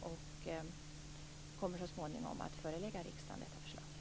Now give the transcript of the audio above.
Vi kommer så småningom att förelägga riksdagen detta förslag.